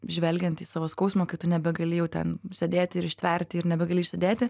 žvelgiant į savo skausmą kai tu nebegali jau ten sėdėti ir ištverti ir nebegali išsėdėti